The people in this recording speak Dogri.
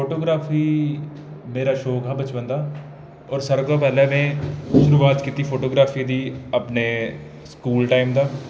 फोटोग्राफी मेरा शौक हा बचपन दा और सारे कोला पैह्लें में शुरूआत कीती फोटोग्राफी दी अपने स्कूल टाइम दा